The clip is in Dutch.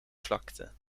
vlakte